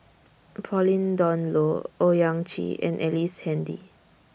Pauline Dawn Loh Owyang Chi and Ellice Handy